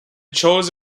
chose